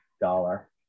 dollar